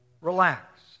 relax